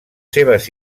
seves